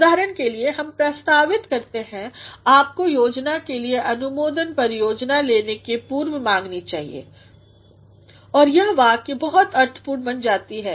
उदाहरण के लिए हम प्रस्तावित करते हैं कि आपको योजना के लिएअनुमोदन परियोजना लेनेके पूर्व मांगनी चाहिए और यह वाक्य बहुत अर्थपूर्ण बन जाता है